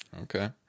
Okay